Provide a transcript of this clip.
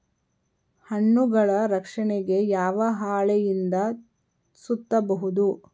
ಹಣ್ಣುಗಳ ರಕ್ಷಣೆಗೆ ಯಾವ ಹಾಳೆಯಿಂದ ಸುತ್ತಬಹುದು?